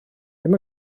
ddim